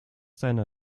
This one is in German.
deiner